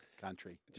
Country